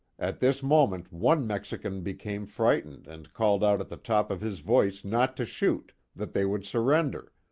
at this moment one mexican became frightened and called out at the top of his voice not to shoot, that they would surrender.